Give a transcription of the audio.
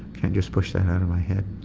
can't just push that out of my head